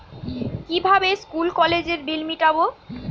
কিভাবে স্কুল কলেজের বিল মিটাব?